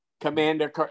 commander